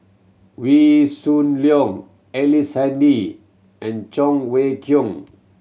Wee Shoo Leong Ellice Handy and Cheng Wei Keung